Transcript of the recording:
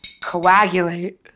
coagulate